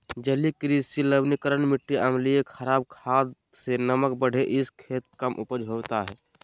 जलीय कृषि लवणीकरण मिटी अम्लीकरण खराब खाद से नमक बढ़े हइ खेत कम उपज होतो